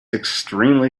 extremely